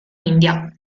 india